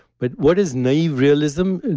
but what is naive realism? and